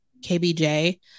kbj